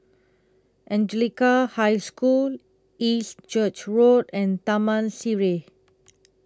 Anglican High School East Church Road and Taman Sireh